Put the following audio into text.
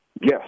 Yes